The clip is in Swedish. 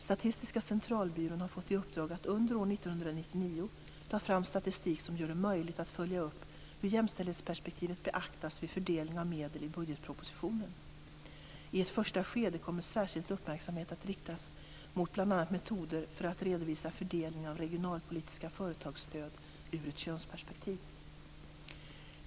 · Statistiska centralbyrån har fått i uppdrag att under år 1999 ta fram statistik som gör det möjligt att följa upp hur jämställdhetsperspektivet beaktas vid fördelning av medel i budgetpropositionen. I ett första skede kommer särskild uppmärksamhet att riktas mot bl.a. metoder för att redovisa fördelningen av regionalpolitiska företagsstöd ur ett könsperspektiv.